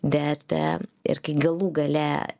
bet a ir kai galų gale